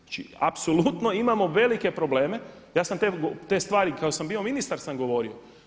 Znači apsolutno imamo velike probleme, ja sam te stvari kad sam bio ministar govorio.